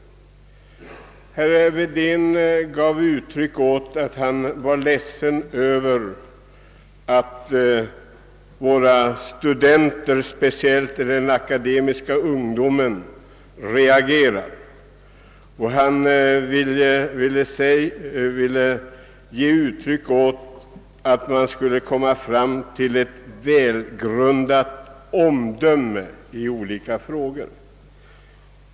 Herr Wedén sade att han var ledsen över att studenterna, speciellt den akademiska ungdomen, reagerat, och han ansåg att de borde försöka komma fram till ett välgrundat omdöme i olika frågor.